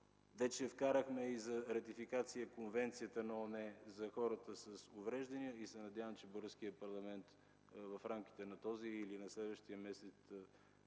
Вече вкарахме и за ратификация Конвенцията на ООН за хората с увреждания и се надявам, че българският парламент в рамките на този или на следващия месец